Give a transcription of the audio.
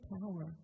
power